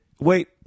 wait